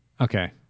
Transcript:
Okay